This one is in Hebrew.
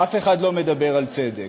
אף אחד לא מדבר על צדק.